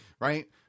Right